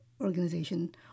organization